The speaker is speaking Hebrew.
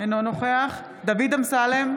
אינו נוכח דוד אמסלם,